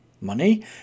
Money